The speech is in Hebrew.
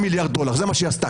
תושב,